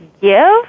give